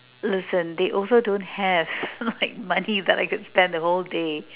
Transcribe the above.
listen they also don't have like money that I can spend the whole day